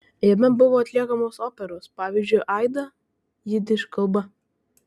jame buvo atliekamos operos pavyzdžiui aida jidiš kalba